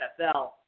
NFL